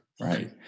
right